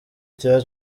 cya